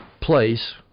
place